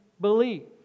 believe